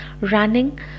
running